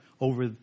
over